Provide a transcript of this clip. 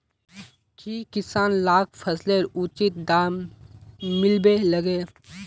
की किसान लाक फसलेर उचित दाम मिलबे लगे?